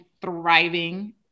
thriving